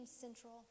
central